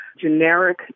generic